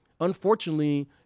unfortunately